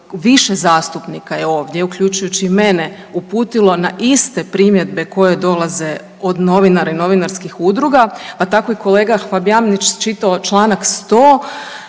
više zastupnika je ovdje uključujući i mene, uputilo na iste primjedbe koje dolaze od novinara i novinarskih udruga, pa tako i kolega Fabijanić je čitao čl. 100